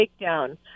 takedown